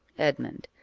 edmund.